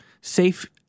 safe